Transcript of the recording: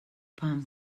palm